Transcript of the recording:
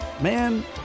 Man